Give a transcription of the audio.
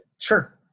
Sure